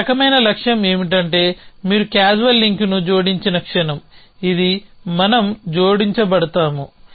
ఒక రకమైన లక్ష్యం ఏమిటంటే మీరు క్యాజువల్ లింక్ని జోడించిన క్షణం ఇది మనం జోడించబడతాము